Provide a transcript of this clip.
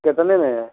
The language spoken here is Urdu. کتنے میں ہے